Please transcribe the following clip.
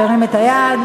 שירים את היד.